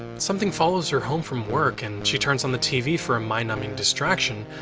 something follows her home from work, and she turns on the tv for a mind-numbing distraction,